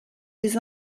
des